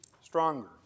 stronger